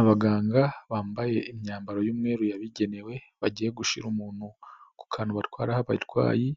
Abaganga bambaye imyambaro y'umweruru yabigenewe, bagiye gushira umuntu ku kantu batwarira ho abarwayi,